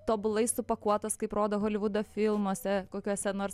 tobulai supakuotos kaip rodo holivudo filmuose kokiuose nors